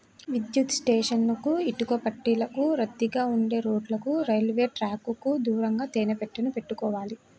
విద్యుత్ స్టేషన్లకు, ఇటుకబట్టీలకు, రద్దీగా ఉండే రోడ్లకు, రైల్వే ట్రాకుకు దూరంగా తేనె పెట్టెలు పెట్టుకోవాలి